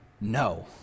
no